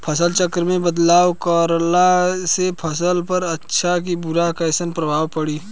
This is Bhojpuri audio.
फसल चक्र मे बदलाव करला से फसल पर अच्छा की बुरा कैसन प्रभाव पड़ी?